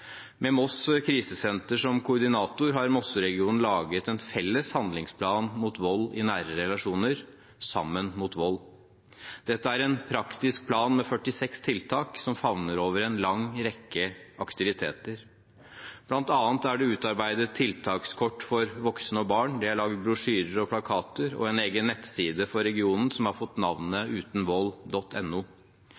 Med Moss krisesenter som koordinator har Mosseregionen laget en felles handlingsplan mot vold i nære relasjoner, «Sammen mot vold». Dette er en praktisk plan med 46 tiltak som favner over en lang rekke aktiviteter. Blant annet er det utarbeidet tiltakskort for voksne og barn, og det er laget brosjyrer og plakater og en egen nettside for regionen som har fått navnet